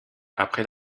après